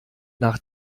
nach